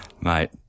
Mate